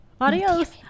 adios